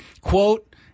quote